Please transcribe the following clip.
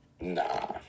Nah